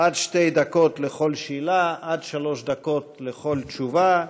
עד שתי דקות לכל שאלה, עד שלוש דקות לכל תשובה.